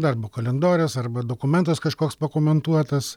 darbo kalendorius arba dokumentas kažkoks pakomentuotas